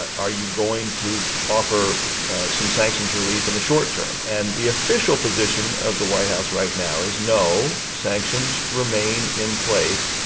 are you going to offer some sanctions relief in the short term? and the official position of the white house right now is no, sanctions remain in place.